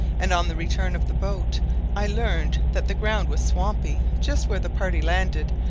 and on the return of the boat i learned that the ground was swampy just where the party landed,